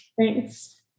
Thanks